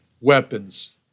weapons